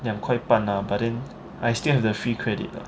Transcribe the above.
两块半 ah but then I still have the free credit leh